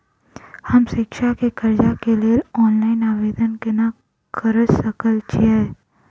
हम शिक्षा केँ कर्जा केँ लेल ऑनलाइन आवेदन केना करऽ सकल छीयै?